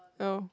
oh